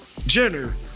jenner